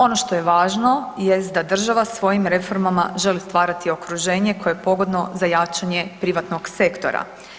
Ono što je važno jest da država svojim reformama želi stvarati okruženje koje je pogodno za jačanje privatnog sektora.